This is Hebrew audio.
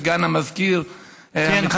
סגן המזכירה,